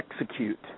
execute